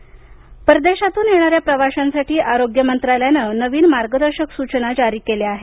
आरोग्य मंत्रालय परदेशातून येणाऱ्या प्रवाशांसाठी आरोग्य मंत्रालयानं नवीन मार्गदर्शक सूचना जारी केल्या आहेत